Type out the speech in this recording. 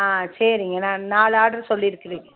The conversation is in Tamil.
ஆ சரிங்க நா நாலு ஆட்ரு சொல்லியிருக்கிறீங்க